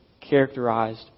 characterized